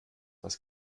was